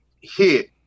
hit